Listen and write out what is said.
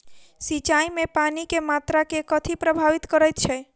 सिंचाई मे पानि केँ मात्रा केँ कथी प्रभावित करैत छै?